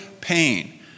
pain